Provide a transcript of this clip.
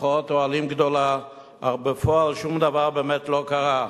מחאת אוהלים גדולה, אך בפועל שום דבר באמת לא קרה.